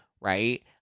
right